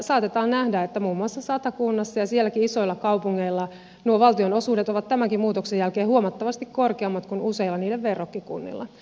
saatetaan nähdä että muun muassa satakunnassa ja sielläkin isoilla kaupungeilla nuo valtionosuudet ovat tämänkin muutoksen jälkeen huomattavasti korkeammat kuin useilla niiden verrokkikunnilla